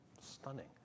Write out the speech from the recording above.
stunning